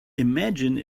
imagine